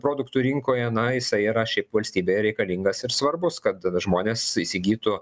produktų rinkoje na jisai yra šiaip valstybėje reikalingas ir svarbūs kad žmonės įsigytų